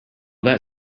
that